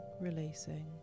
releasing